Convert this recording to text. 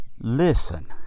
listen